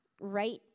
right